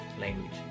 Language